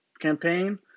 campaign